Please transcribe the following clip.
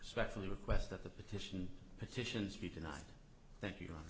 respectfully request that the petition petitions be tonight thank you